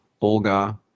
Olga